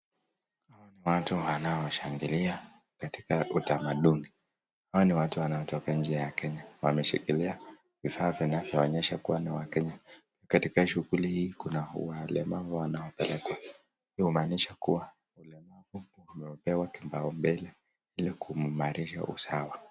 Hawa ni watu wanashangilia katika utamaduni. Hawa ni watu wanaotoka nje ya kenya wameshikilia vifaa vinavyoonyesha kuwa ni wakenya. Katika shughuli hii kuna walemavu wanaopelekwa hii humaanisha kuwa ulemavu umepewa kipau mbele ili kuimarisha usawa.